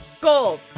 gold